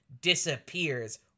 disappears